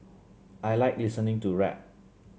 I like listening to rap